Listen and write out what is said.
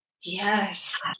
Yes